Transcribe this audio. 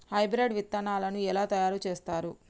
Hybrid విత్తనాలను ఎలా తయారు చేస్తారు?